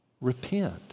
repent